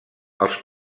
els